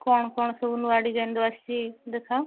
କ'ଣ କ'ଣ ସବୁ ନୂଆ ଡିଜାଇନ୍ର ଆସିଛି ଦେଖାଅ